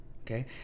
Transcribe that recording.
Okay